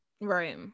right